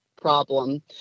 problem